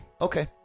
Okay